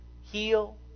heal